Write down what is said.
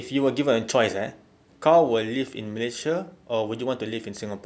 if you were given a choice eh kau will live in malaysia or would you want to live in singapore